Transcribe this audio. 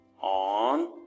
on